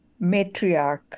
Matriarch